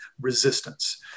resistance